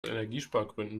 energiespargründen